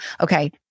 okay